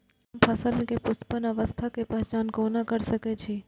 हम फसल में पुष्पन अवस्था के पहचान कोना कर सके छी?